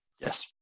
Yes